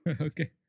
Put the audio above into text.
Okay